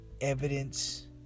Evidence